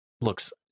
looks